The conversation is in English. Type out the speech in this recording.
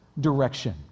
direction